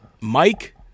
Mike